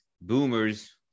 boomers